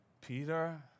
Peter